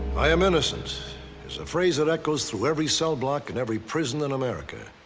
i am innocent is a phrase that echoes through every cell block and every prison in america.